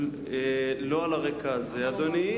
לא על הרקע הזה, אדוני.